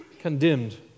Condemned